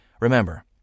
Remember